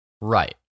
Right